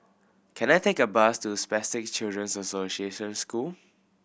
can I take a bus to Spastic Children's Association School